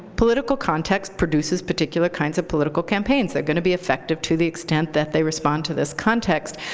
political context produces particular kinds of political campaigns. they're going to be effective to the extent that they respond to this context.